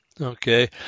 Okay